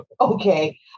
okay